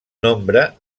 nombre